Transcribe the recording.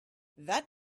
that